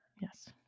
yes